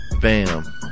Bam